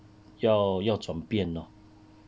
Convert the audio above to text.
要要转变 lor